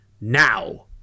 now